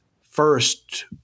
first